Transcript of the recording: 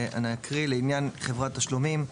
אני אקריא: "לעניין חברת תשלומים,